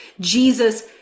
Jesus